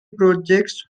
projects